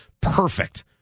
perfect